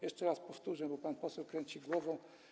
Jeszcze raz powtórzę, bo pan poseł kręci głową.